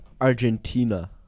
Argentina